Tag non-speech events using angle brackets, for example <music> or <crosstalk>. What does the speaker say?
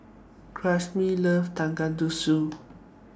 <unintelligible> loves Tonkatsu